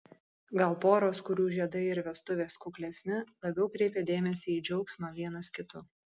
gal poros kurių žiedai ir vestuvės kuklesni labiau kreipia dėmesį į džiaugsmą vienas kitu